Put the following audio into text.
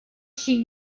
she